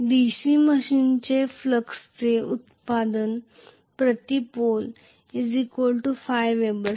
DC machine चे फ्लक्सचे उत्पादन प्रति पोल ϕ वेबर्स